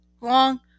long